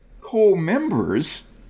co-members